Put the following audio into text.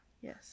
yes